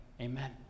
Amen